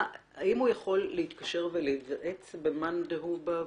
האם הוא יכול להתקשר ולהיוועץ במאן דהוא בוועדה?